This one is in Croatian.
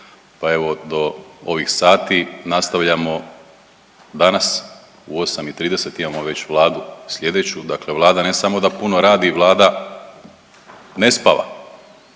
pa evo do ovih sati nastavljamo danas u 8,30 imamo već Vladu sljedeću. Dakle, Vlada ne samo da puno radi, Vlada ne spava.